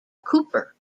cooper